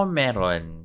meron